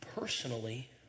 Personally